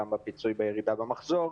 פיצוי בירידה במחזור.